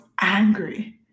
angry